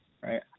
right